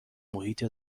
محیط